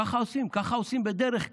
ככה עושים בדרך כלל: